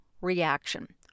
reaction